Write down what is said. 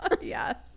Yes